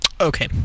Okay